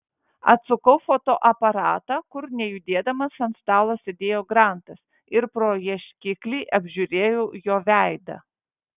atsukau fotoaparatą kur nejudėdamas ant stalo sėdėjo grantas ir pro ieškiklį apžiūrėjau jo veidą